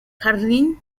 jardín